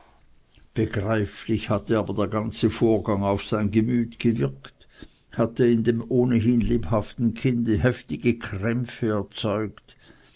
begreiflich hatte aber der ganze vorgang auf sein gemüt gewirkt hatte in dem ohnehin lebhaften kinde heftige kämpfe erzeugt